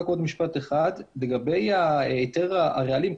לגבי היתר הרעלים.